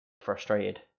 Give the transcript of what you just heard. frustrated